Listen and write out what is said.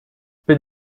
bin